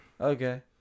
Okay